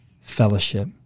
fellowship